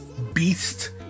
beast